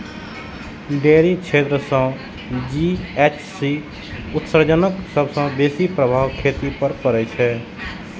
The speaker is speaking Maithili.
डेयरी क्षेत्र सं जी.एच.सी उत्सर्जनक सबसं बेसी प्रभाव खेती पर पड़ै छै